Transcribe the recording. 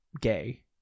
gay